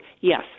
yes